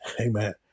Amen